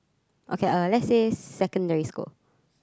okay uh lets say secondary school